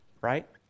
right